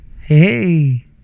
Hey